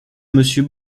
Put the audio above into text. monsieur